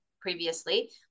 previously